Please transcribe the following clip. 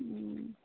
हूँ